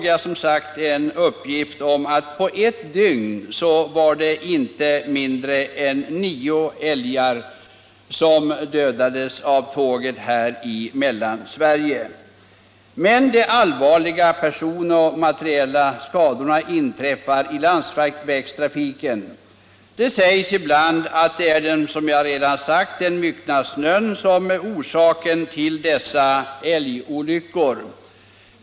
Jag såg en uppgift om att på ett dygn inte mindre än 9 älgar dödats av tåg här i Mellansverige. Men de allvarliga person och materiella skadorna inträffar i landsvägstrafiken. Det sägs ibland, som jag redan anfört, att det är den myckna snön som är orsaken till dessa älgolyckor.